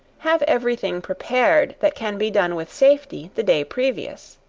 have every thing prepared, that can be done with safety, the day previous.